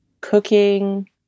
cooking